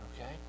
Okay